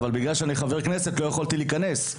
אך בגלל שאני חבר כנסת לא יכולתי להיכנס.